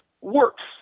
works